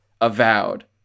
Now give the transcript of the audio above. avowed